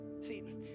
See